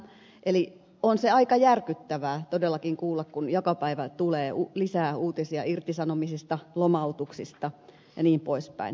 eli on se aika järkyttävää todellakin kuulla kun joka päivä tulee lisää uutisia irtisanomisista lomautuksista jnp